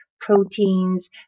proteins